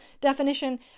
definition